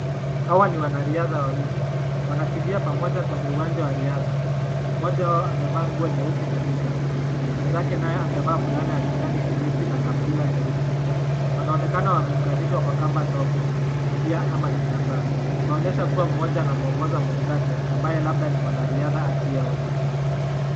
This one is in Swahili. Hawa ni wanariadha wawili. Wanakimbia pamoja kwenye uwanja wa riadha. Moja wao amevaa nguo nyeusi kabisa. Mwenzake naye amevaa fulana ya kijani kibichi na kaptula nyeusi. Wanaonekana wameunganishwa kwa kamba ndogo. Pia ama kitambaa. Inaonyesha kuwa mmoja anamwongoza mwenzake ambaye labda ni mwanariadha asiyeona.